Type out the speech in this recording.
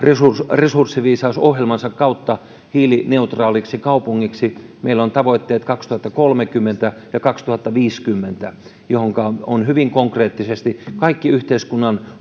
resurssiviisausohjelmansa kautta hiilineutraaliksi kaupungiksi meillä on tavoitteet kaksituhattakolmekymmentä ja kaksituhattaviisikymmentä joihinka on hyvin konkreettisesti kaikki yhteiskunnan